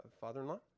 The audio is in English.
father-in-law